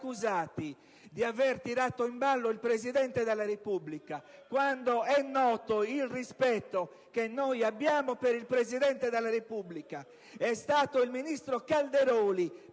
di aver tirato in ballo il Presidente della Repubblica quando è noto il rispetto che noi abbiamo per il Presidente della Repubblica. È stato il ministro Calderoli,